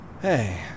Hey